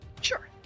Sure